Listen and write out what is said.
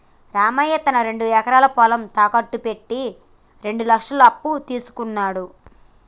రామయ్య తన రెండు ఎకరాల పొలం తాకట్టు పెట్టి రెండు లక్షల అప్పు తీసుకున్నడు